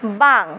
ᱵᱟᱝ